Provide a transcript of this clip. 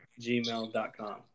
gmail.com